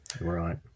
Right